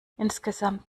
insgesamt